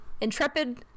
intrepid